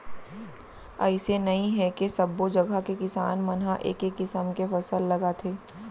अइसे नइ हे के सब्बो जघा के किसान मन ह एके किसम के फसल लगाथे